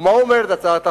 מה אומרת הצעת החוק?